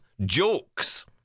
jokes